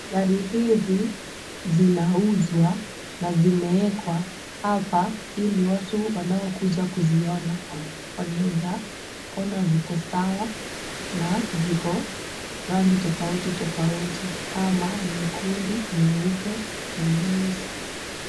Gari hizi zinauzwa na zimeekwa hapa ili watu wanaokuja kuziona wanaezaona ziko sawa na ziko rangi tofauti tofauti kama nyekundu, nyeupe na nyeusi.